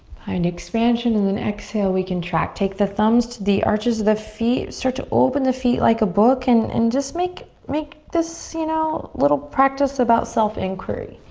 find expansion, and then exhale. we can track. take the thumbs to the arches of the feet. start to open the feet like a book. and and just make make this you know little practice about self inquiry.